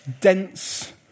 dense